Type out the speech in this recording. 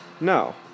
No